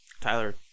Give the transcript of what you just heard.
Tyler